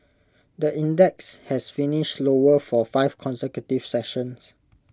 the index has finished lower for five consecutive sessions